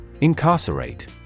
Incarcerate